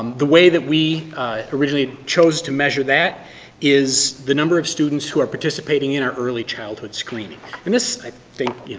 the way that we originally chose to measure that is the number of students who are participating in our early childhood screening and this, i think,